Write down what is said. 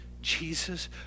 Jesus